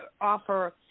offer